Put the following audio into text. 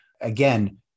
again